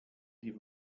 die